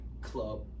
club